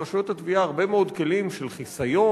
לרשויות התביעה הרבה מאוד כלים של חיסיון,